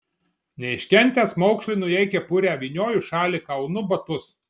neiškentęs maukšlinu jai kepurę vynioju šaliką aunu batus